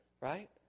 right